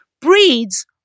breeds